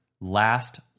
last